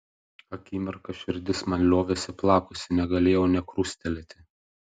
akimirką širdis man liovėsi plakusi negalėjau nė krustelėti